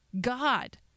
God